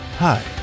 Hi